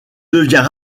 devient